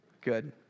good